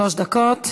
שלוש דקות.